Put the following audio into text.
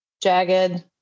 Jagged